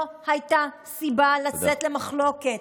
לא הייתה סיבה לצאת למחלוקת,